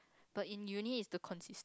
but in uni is the